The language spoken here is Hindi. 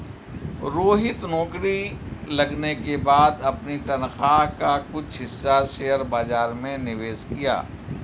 रोहित नौकरी लगने के बाद अपनी तनख्वाह का कुछ हिस्सा शेयर बाजार में निवेश किया